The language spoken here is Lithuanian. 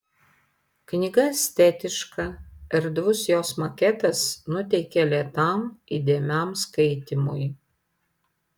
knyga estetiška erdvus jos maketas nuteikia lėtam įdėmiam skaitymui